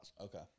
Okay